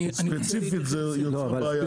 ספציפית זה יוצר בעיה.